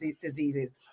diseases